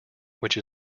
which